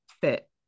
fit